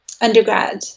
undergrad